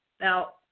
Now